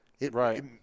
Right